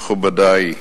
מכובדי,